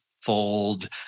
fold